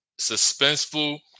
suspenseful